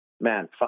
man